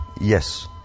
Yes